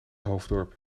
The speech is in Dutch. hoofddorp